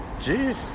jeez